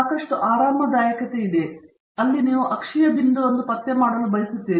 ಸಾಕಷ್ಟು ಆರಾಮದಾಯಕತೆಯಿದೆ ಅಲ್ಲಿ ನೀವು ಅಕ್ಷೀಯ ಬಿಂದುವನ್ನು ಪತ್ತೆ ಮಾಡಲು ಬಯಸುತ್ತೀರಿ